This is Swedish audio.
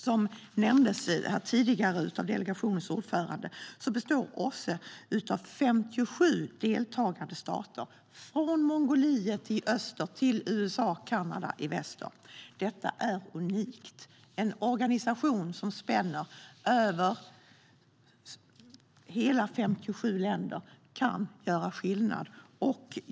Som nämndes tidigare av delegationens ordförande består OSSE av 57 deltagande stater, från Mongoliet i öster till USA och Kanada i väster. Detta är unikt. En organisation som spänner över hela 57 länder kan göra skillnad.